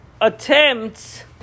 Attempts